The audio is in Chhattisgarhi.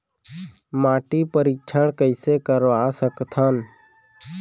माटी परीक्षण कइसे करवा सकत हन?